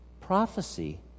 prophecy